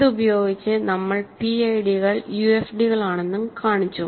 ഇത് ഉപയോഗിച്ച് നമ്മൾ PID കൾ UFD കളാണെന്നും കാണിച്ചു